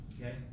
okay